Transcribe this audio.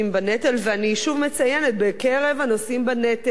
ואני שוב מציינת, בקרב הנושאים בנטל יש